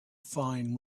fine